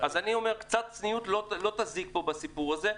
אז אני אומר, קצת צניעות לא תזיק פה בסיפור הזה.